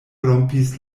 rompis